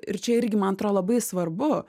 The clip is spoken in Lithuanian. ir čia irgi man atrodo labai svarbu